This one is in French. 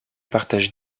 partage